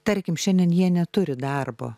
tarkim šiandien jie neturi darbo